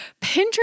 Pinterest